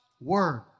word